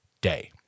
day